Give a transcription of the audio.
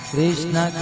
Krishna